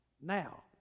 now